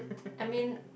I mean